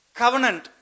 covenant